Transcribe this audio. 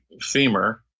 femur